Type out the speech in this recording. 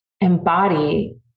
embody